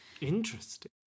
Interesting